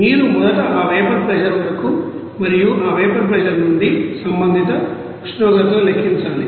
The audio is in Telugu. మీరు మొదట ఆ వేపర్ ప్రెషర్ వరకు మరియు ఆ వేపర్ ప్రెషర్ నుండి సంబంధిత ఉష్ణోగ్రతను లెక్కించాలి